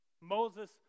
Moses